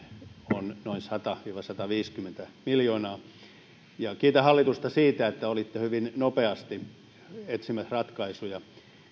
on noin sata viiva sataviisikymmentä miljoonaa ja kiitän hallitusta siitä että olitte hyvin nopeasti etsimässä ratkaisuja